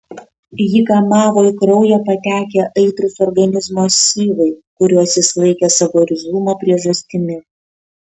jį kamavo į kraują patekę aitrūs organizmo syvai kuriuos jis laikė savo irzlumo priežastimi